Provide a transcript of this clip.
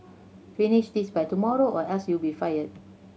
finish this by tomorrow or else you'll be fired